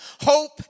Hope